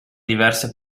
diverse